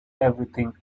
everything